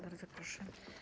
Bardzo proszę.